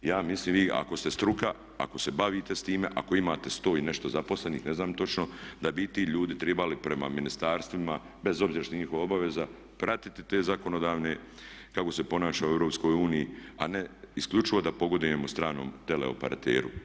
Ja mislim vi, ako ste struka, ako se bavite s time, ako imate 100 i nešto zaposlenih ne znam točno, da bi i ti ljudi trebali prema ministarstvima bez obzira što je njihova obaveza pratiti te zakonodavne kako se ponaša u EU, a ne isključivo da pogodujemo stranom tele operateru.